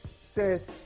says